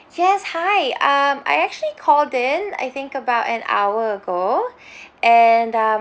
yes hi um I actually called in I think about an hour ago and um